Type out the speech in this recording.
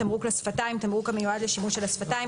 "תמרוק לשפתיים" תמרוק המיועד לשימוש על השפתיים,